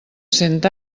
cent